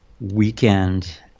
weekend